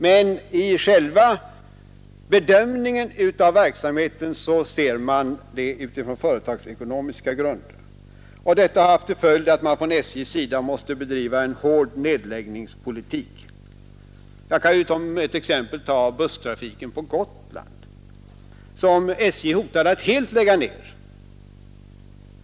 Men själva bedömningen av verksamheten sker utifrån företagsekonomiska grunder. Detta har haft till följd att man från SJ:s sida måste bedriva en hård nedläggningspolitik. Jag kan som ett exempel nämna busstrafiken på Gotland som SJ hotade att helt lägga ned.